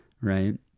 Right